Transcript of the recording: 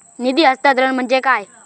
निधी हस्तांतरण म्हणजे काय?